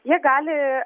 jie gali